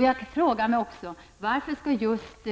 Jag frågar mig också varför just